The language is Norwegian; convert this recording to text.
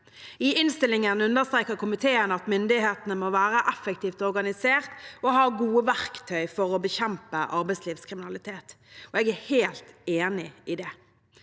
I innstillingen understreker komiteen at myndighetene må være effektivt organisert og ha gode verktøy for å bekjempe arbeidslivskriminalitet. Jeg er helt enig i det.